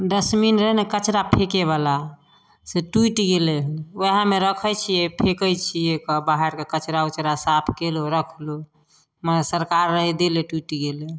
dustbin रहै ने कचड़ा फेकेबला से टुटि गेलै हन ओहएमे रखै छियै फेकै छियै कऽ बाहर कए कचड़ा उचड़ा साफ केलहुॅं रखलहुॅं मगर सरकार रहै देले टुटि गेलै